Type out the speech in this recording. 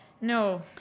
No